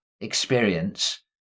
experience